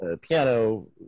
piano